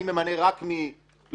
אני ממנה רק מבר-אילן,